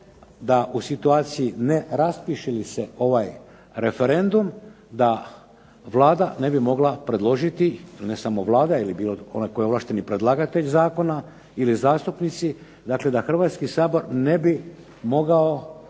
da u situaciji ne raspiše li se ovaj referendum da Vlada ne bi mogla predložiti, ne samo Vlada ili bilo, onaj tko je ovlašteni predlagatelj zakona ili zastupnici, dakle da Hrvatski sabor ne bi mogao